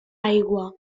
aigua